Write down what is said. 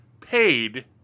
paid